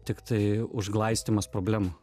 tiktai užglaistymas problemų